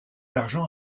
argent